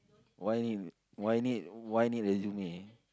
why you need why you need why need resume